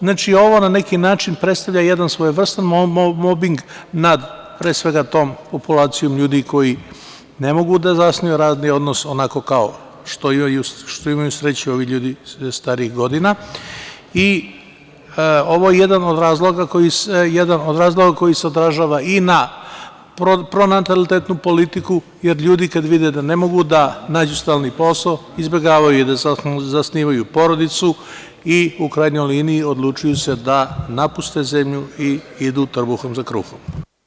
Znači, ovo na neki način predstavlja jedan svojevrsni mobing nad, pre svega, tom populacijom ljudi koji ne mogu da zasnuju radni odnos onako kao što imaju sreću ovi ljudi starijih godina i ovo je jedan od razloga koji se odražava i na pronatalitetnu politiku i od ljudi koji vide da ne mogu da nađu stalni posao izbegavaju da zasnivaju porodicu i u krajnjoj liniji odlučuju se da napuste zemlju i idu trbuhom za kruhom.